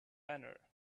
banner